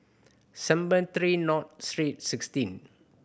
Cemetry North Street Sixteen